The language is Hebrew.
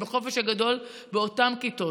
הם בחופש הגדול באותן כיתות,